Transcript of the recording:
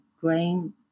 grain